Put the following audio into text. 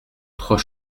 trois